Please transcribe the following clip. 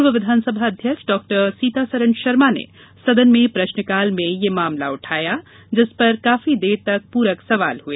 पूर्व विधानसभा अध्यक्ष डॉ सीतासरन शर्मा ने सदन में प्रश्नकाल में यह मामला उठाया जिस पर काफी देर तक प्रक सवाल हुए